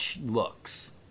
looks